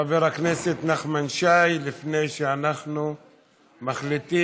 חבר הכנסת נחמן שי לפני שאנחנו מחליטים